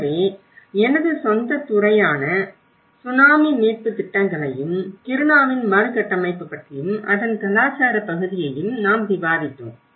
எனவே எனது சொந்த துறையான சுனாமி மீட்பு திட்டங்களையும் கிருணாவின் மறுகட்டமைப்பு பற்றியும் அதன் கலாச்சார பகுதியையும் நாம் விவாதித்தோம்